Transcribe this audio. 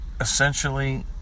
essentially